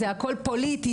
זה הכול פוליטי,